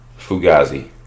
Fugazi